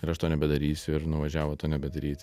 ir aš to nebedarysiu ir nuvažiavo to nebedaryti